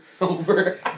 Over